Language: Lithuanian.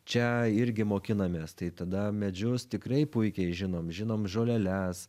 čia irgi mokinamės tai tada medžius tikrai puikiai žinom žinom žoleles